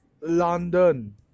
London